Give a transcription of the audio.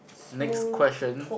next question